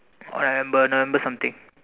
uh I remember number something